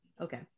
Okay